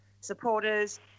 supporters